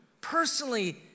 personally